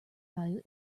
value